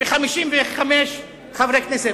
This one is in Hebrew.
ב-55 חברי כנסת.